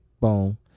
boom